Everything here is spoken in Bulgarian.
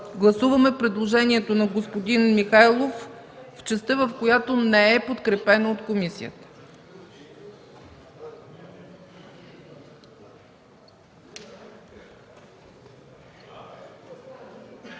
Гласуваме предложението на господин Михайлов в частта, в която не е подкрепено от комисията.